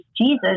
jesus